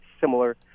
similar